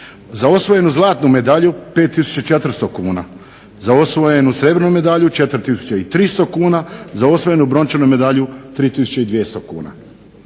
za osvojenu zlatnu medalju 5400 kuna, za osvojenu srebrnu medalju 4300 kuna, za osvojenu brončanu medalju 3200 kuna.